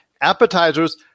appetizers